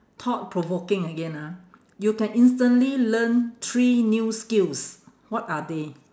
thought provoking again ah you can instantly learn three new skills what are they